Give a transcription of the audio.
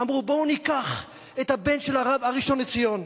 אמרו: בואו ניקח את הבן של הרב, הראשון-לציון.